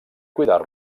cuidar